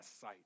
sight